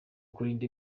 kurinda